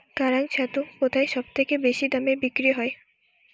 কাড়াং ছাতু কোথায় সবথেকে বেশি দামে বিক্রি হয়?